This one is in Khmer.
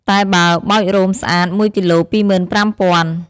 តែបើបោចរោមស្អាត ១គីឡូ ២៥០០០។